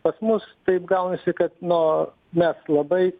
pas mus taip gaunasi kad nuo mes labai